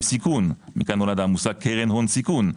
סיכון מכאן נולד המושג קרן הון סיכון.